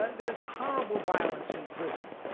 but there's horrible violence in prison.